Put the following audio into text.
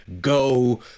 go